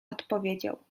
odpowiedział